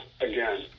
again